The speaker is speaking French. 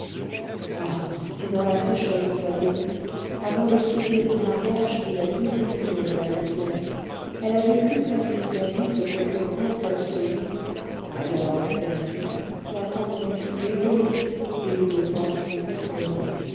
ah si dans la fraîcheur de sa beauté avant les souillures du mariage et la désillusion de l'adultère elle avait pu placer sa vie sur quelque grand coeur solide alors la vertu la tendresse les voluptés et le devoir se confondant